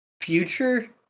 Future